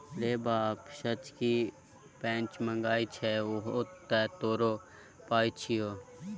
रे बाप सँ की पैंच मांगय छै उहो तँ तोरो पाय छियौ